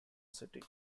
city